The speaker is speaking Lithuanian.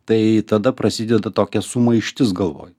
tai tada prasideda tokia sumaištis galvoj